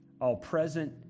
all-present